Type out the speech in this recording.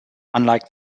unlike